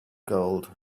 gold